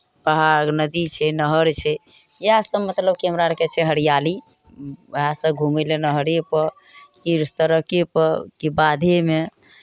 पहाड़ नदी छै नहर छै इएहसभ मतलब कि हमरा आरके छै हरियाली इएहसभ घूमय लेल नहरेपर की सड़केपर की बाधेमे